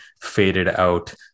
faded-out